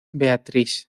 beatrice